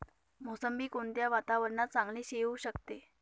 मोसंबी कोणत्या वातावरणात चांगली येऊ शकते?